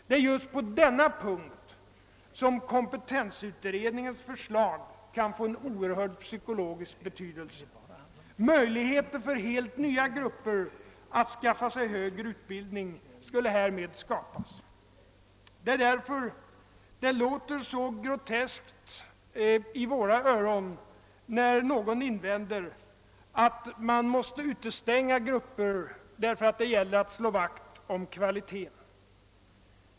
Det är på denna punkt som kompetensutredningens förslag kan få <oerhört stor psykologisk betydelse. Härigenom skulle möjligheter skapas för helt nya grupper att skaffa sig högre utbildning. Det är därför det låter så groteskt i våra öron när någon invänder, att man måste utestänga vissa grupper eftersom det gäller att slå vakt om kvaliteten.